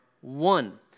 one